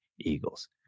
eagles